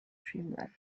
dreamland